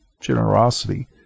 generosity